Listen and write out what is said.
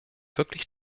wirklich